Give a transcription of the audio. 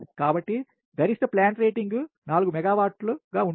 కాబట్టి గరిష్ట plant rating rating 4 మెగావాట్ల ఉంటుంది